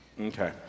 Okay